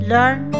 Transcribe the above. Learn